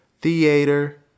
theater